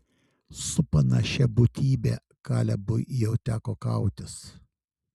su panašia būtybe kalebui jau teko kautis